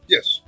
Yes